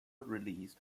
released